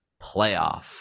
playoff